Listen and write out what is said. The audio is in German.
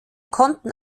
konnten